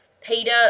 Peter